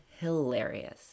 hilarious